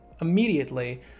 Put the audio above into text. immediately